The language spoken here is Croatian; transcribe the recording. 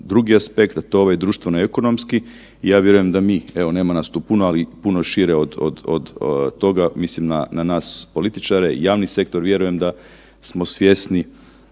drugi aspekt, a to je ovaj društveno-ekonomski. Ja vjerujem da mi, evo nema nas tu puno, ali puno šire od toga mislim na nas političare, javni sektor vjerujem da smo svjesni